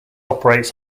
operates